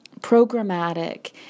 programmatic